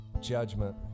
judgment